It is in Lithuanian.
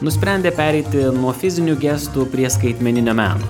nusprendė pereiti nuo fizinių gestų prie skaitmeninio meno